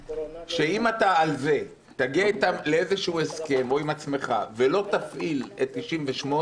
אם אתה על זה תגיע איתם לאיזשהו הסכם או עם עצמך ולא תפעיל את 98,